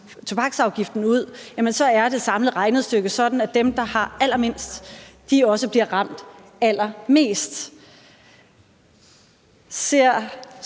tobaksafgiften ud, er det samlede regnestykke sådan, at dem, der har allermindst, også bliver ramt allermest. Ser